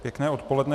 Pěkné odpoledne.